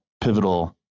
pivotal